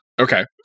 okay